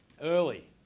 early